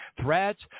threats